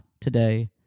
today